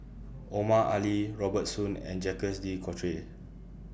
Omar Ali Robert Soon and Jacques De Coutre